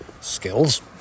Skills